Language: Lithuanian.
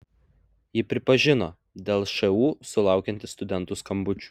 ji pripažino dėl šu sulaukianti studentų skambučių